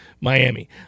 Miami